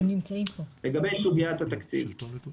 לגבי סוגיית התקציב,